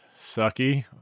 Sucky